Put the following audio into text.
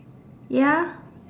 ya